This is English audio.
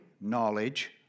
knowledge